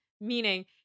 meaning